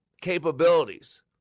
capabilities